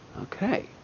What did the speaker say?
Okay